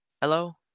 hello